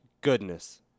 goodness